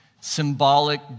symbolic